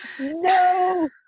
No